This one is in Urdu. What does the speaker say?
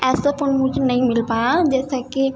ایسا فون مجھے نہیں مل پایا جیسا کہ